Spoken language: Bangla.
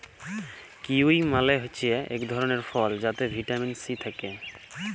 কিউই মালে হছে ইক ধরলের ফল যাতে ভিটামিল সি থ্যাকে